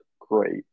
great